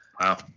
Wow